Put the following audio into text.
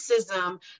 racism